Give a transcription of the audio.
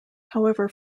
however